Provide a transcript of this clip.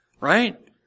right